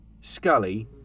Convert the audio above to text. Scully